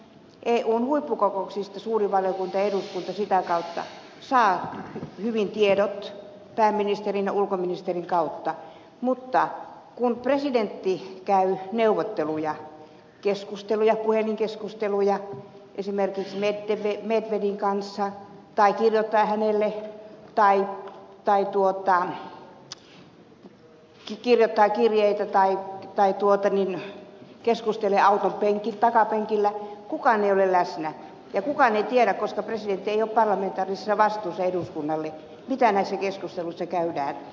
eun huippukokouksista suuri valiokunta ja eduskunta sitä kautta saavat hyvin tiedot pääministerin ja ulkoministerin kautta mutta kun presidentti käy neuvotteluja keskusteluja puhelinkeskusteluja esimerkiksi medvedevin kanssa tai kirjoittaa hänelle kirjoittaa kirjeitä tai keskustelee auton takapenkillä kukaan ei ole läsnä ja kukaan ei tiedä koska presidentti ei ole parlamentaarisessa vastuussa eduskunnalle mitä näissä keskusteluissa käydään